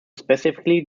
specifically